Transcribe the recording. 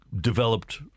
developed